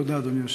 אדוני היושב-ראש,